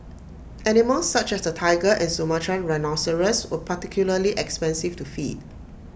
animals such as the Tiger and Sumatran rhinoceros were particularly expensive to feed